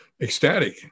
ecstatic